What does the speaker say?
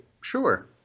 sure